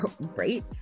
Right